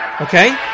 Okay